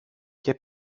και